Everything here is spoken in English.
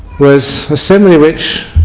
was the simile which,